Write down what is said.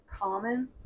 common